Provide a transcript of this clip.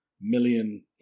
million